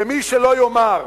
ומי שלא יאמר,